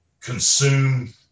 consume